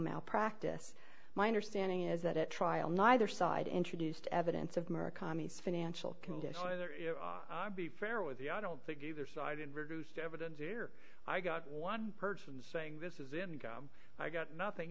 malpractise my understanding is that at trial neither side introduced evidence of mark on the financial condition either i'd be fair with the i don't think either side and reduced evidence where i got one person saying this is income i got nothing